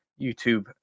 YouTube